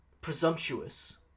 presumptuous